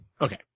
Okay